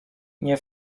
nie